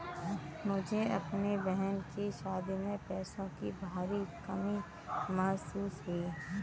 मुझे अपने बहन की शादी में पैसों की भारी कमी महसूस हुई